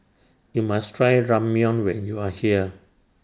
YOU must Try Ramyeon when YOU Are here